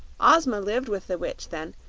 ozma lived with the witch then,